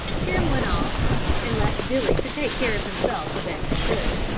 tim went off and left billy to take care of himself the best he could,